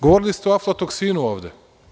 Govorili ste i o aflatoksinu ovde.